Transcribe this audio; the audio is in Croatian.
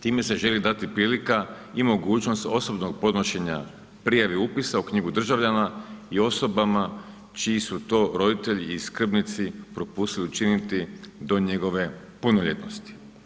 Time se želi dati prilika i mogućnost osobnog podnošenja prijave upisa u knjigu državljana i osobama čiji su to roditelji i skrbnici propustili učiniti do njegove punoljetnosti.